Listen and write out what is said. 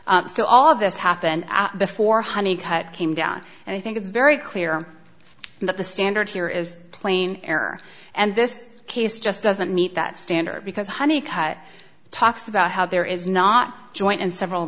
erroneous so all of this happened before honey cut came down and i think it's very clear that the standard here is plain error and this case just doesn't meet that standard because honey cut talks about how there is not joint and several